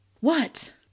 What